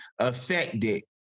affected